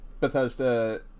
Bethesda